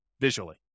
visually